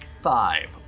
five